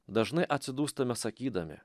dažnai atsidūstame sakydami